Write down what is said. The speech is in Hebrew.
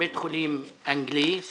בית חולים אנגלי-סקוטי,